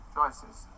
Choices